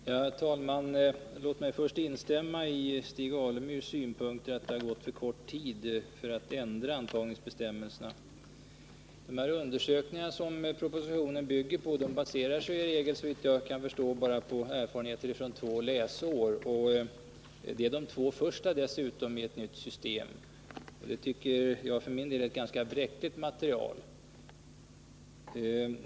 Herr talman! Låt mig först instämma i Stig Alemyrs synpunkt att det har gått för kort tid för att man skall ändra antagningsbestämmelserna. De undersökningar som propositionen bygger på avser i regel, såvitt jag kan förstå, bara erfarenheter från två läsår — dessutom de två första läsåren i ett nytt system. Det tycker jag för min del är ett ganska bräckligt material.